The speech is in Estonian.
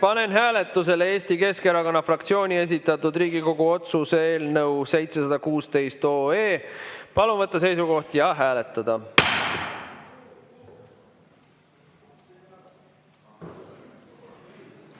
panen hääletusele Eesti Keskerakonna fraktsiooni esitatud Riigikogu otsuse eelnõu 716. Palun võtta seisukoht ja hääletada!